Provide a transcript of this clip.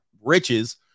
riches